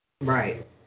Right